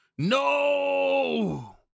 No